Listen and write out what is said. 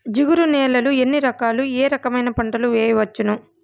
జిగురు నేలలు ఎన్ని రకాలు ఏ రకమైన పంటలు వేయవచ్చును?